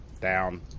down